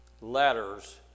letters